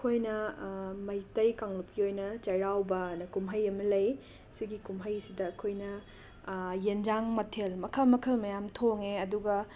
ꯑꯩꯈꯣꯏꯅ ꯃꯩꯇꯩ ꯀꯥꯡꯂꯨꯞꯀꯤ ꯑꯣꯏꯅ ꯆꯩꯔꯥꯎꯕꯅ ꯀꯨꯝꯍꯩ ꯑꯃ ꯂꯩ ꯁꯤꯒꯤ ꯀꯨꯝꯍꯩꯁꯤꯗ ꯑꯩꯈꯣꯏꯅ ꯌꯦꯟꯁꯥꯡ ꯃꯊꯦꯜ ꯃꯈꯜ ꯃꯈꯜ ꯃꯌꯥꯝ ꯊꯣꯡꯉꯦ ꯑꯗꯨꯒ